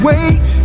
Wait